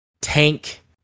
tank